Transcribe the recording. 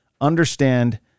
understand